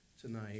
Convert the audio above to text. tonight